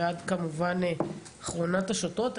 ועד כמובן אחרונת השוטרות.